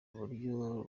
uburyo